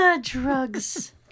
Drugs